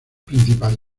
principal